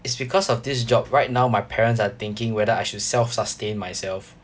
it's because of this job right now my parents are thinking whether I should self-sustain myself